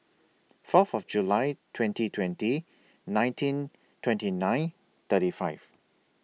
Fourth of July twenty twenty nineteen twenty nine thirty five